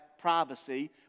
privacy